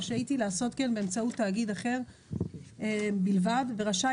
רשאית היא לעשות כן באמצעות תאגיד אחר בלבד ורשאי